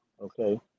Okay